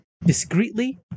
discreetly